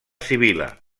sibil·la